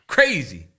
Crazy